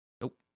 Nope